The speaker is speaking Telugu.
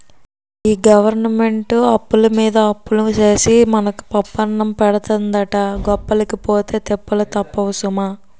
ఈ గవరమెంటు అప్పులమీద అప్పులు సేసి మనకు పప్పన్నం పెడతందని గొప్పలకి పోతే తిప్పలు తప్పవు సుమా